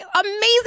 amazing